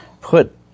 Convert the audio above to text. put